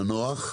המנוח ואני,